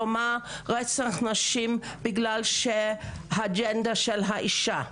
- כלומר רצח נשים בגלל האג'נדה של האישה.